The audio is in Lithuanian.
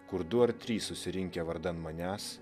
kur du ar trys susirinkę vardan manęs